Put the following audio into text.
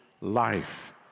life